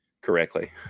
correctly